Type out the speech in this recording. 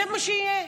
זה מה שיהיה.